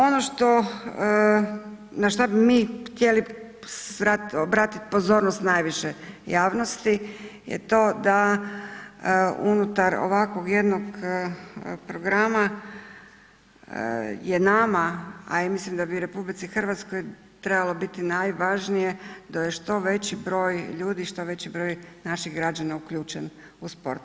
Ono što, na šta bi mi htjeli obratiti pozornost najviše javnosti je to da unutar ovakvog jednog programa je nama a i mislim da bi RH trebalo biti najvažnije da je što veći broj ljudi i što veći broj naših građana uključen u sport.